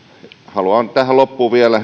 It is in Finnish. haluan tähän loppuun vielä